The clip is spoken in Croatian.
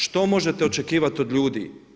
Što možete očekivati od ljudi?